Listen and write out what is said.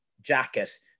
jacket